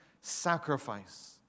sacrifice